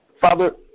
Father